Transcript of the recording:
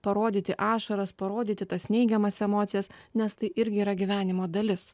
parodyti ašaras parodyti tas neigiamas emocijas nes tai irgi yra gyvenimo dalis